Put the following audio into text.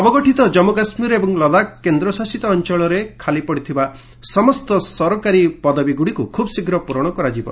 ନବଗଠିତ ଜନ୍ମୁ କାଶ୍ମୀର ଏବଂ ଲଦାଖ୍ କେନ୍ଦ୍ରଶାସିତ ଅଞ୍ଚଳରେ ଖାଲିପଡ଼ିଥିବା ସମସ୍ତ ସରକାରୀ ପଦଗୁଡ଼ିକୁ ଖୁବ୍ ଶୀଘ୍ର ପୂରଣ କରାଯିବ